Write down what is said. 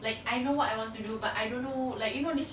like I know what I want to do but I don't know like you know this